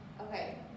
Okay